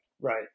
Right